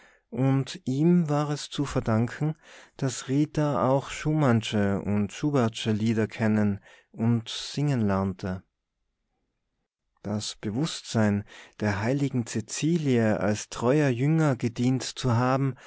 und ihm war es zu verdanken daß rita auch schumannsche und schubertsche lieder kennen und singen lernte das bewußtsein der heiligen cäcilie als treuer jünger gedient zu haben